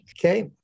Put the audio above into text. Okay